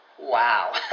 Wow